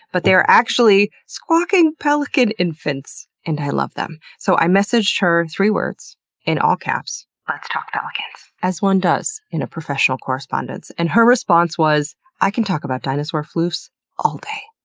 but they are actually squawking pelican infants infants and i love them. so i messaged her three words in all caps let's talk pelicans, as one does in a professional correspondence. and her response was, i can talk about dinosaur floofs all day.